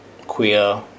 queer